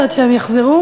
עד שהם יחזרו.